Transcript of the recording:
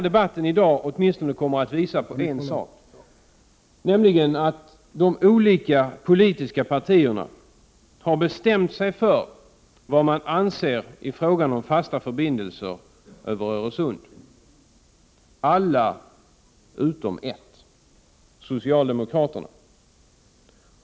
Debatten i dag kommer åtminstone att visa på en sak, nämligen att de olika politiska partierna har bestämt sig för vad de anser i frågan om fasta förbindelser över Öresund — alla utom ett parti: socialdemokraterna.